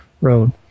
road